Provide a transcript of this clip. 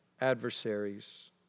adversaries